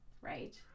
right